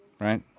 Right